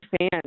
fans